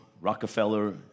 Rockefeller